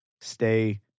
stay